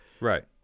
Right